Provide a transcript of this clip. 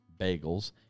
bagels